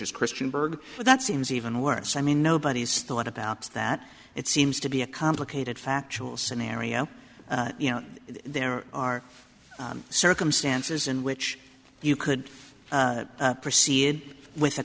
is christian berg that seems even worse i mean nobody's thought about that it seems to be a complicated factual scenario you know there are circumstances in which you could proceed with a